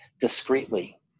discreetly